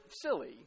silly